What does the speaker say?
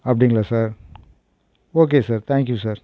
அப்படிங்களா sir okay sir thank you sir